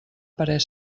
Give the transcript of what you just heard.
parer